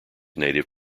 native